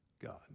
God